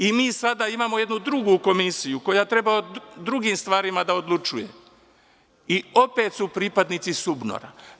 I mi sada imamo jednu drugu komisiju koja treba o drugim stvarima da odlučuje, i opet su pripadnici SUBNOR-a.